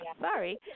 sorry